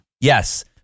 Yes